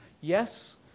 yes